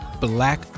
black